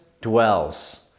dwells